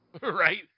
Right